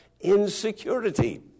insecurity